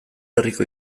herriko